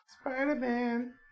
Spider-Man